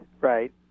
right